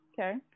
Okay